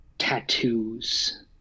tattoos